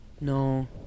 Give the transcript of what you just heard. no